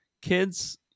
kids